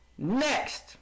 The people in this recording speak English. Next